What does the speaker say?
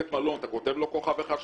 לבית מלון אתה כותב כוכב אחד,